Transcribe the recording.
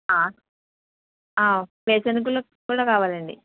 వేరుశెనగ గుళ్ళు కూడా కావాలండీ